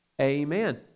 amen